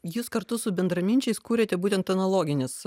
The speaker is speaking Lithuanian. jūs kartu su bendraminčiais kūrėte būtent analoginės